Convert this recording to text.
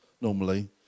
normally